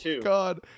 God